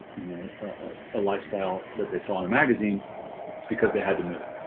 you know ah a lifestyle that they saw in a magazine it's because they had to move,